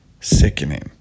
sickening